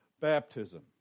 baptism